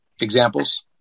examples